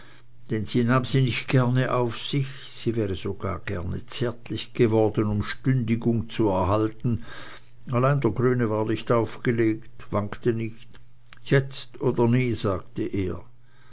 sie nahm sie nicht gerne auf sich sie wäre sogar gerne zärtlich geworden um stündigung zu erhalten allein der grüne war nicht aufgelegt wankte nicht jetzt oder nie sagte er